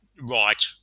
right